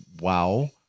Wow